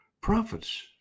Prophets